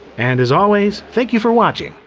and as always, thank you for watching.